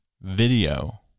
video